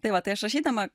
tai va tai aš rašydama